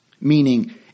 Meaning